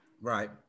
Right